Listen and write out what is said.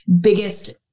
biggest